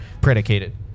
predicated